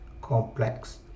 complex